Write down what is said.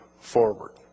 forward